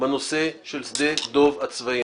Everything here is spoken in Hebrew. בנושא של שדה דב הצבאי.